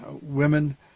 women